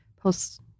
post